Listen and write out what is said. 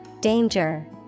Danger